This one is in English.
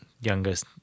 youngest